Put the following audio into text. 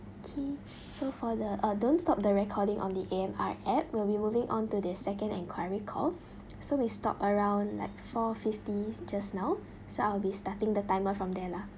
okay so for the uh don't stop the recording on the A_M_R app we'll be moving on to the second enquiry call so we stopped around like four fifty just now so I'll be starting the timer from there lah